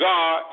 God